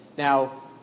Now